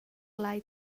lai